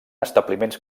establiments